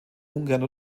ungern